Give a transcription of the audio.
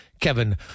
Kevin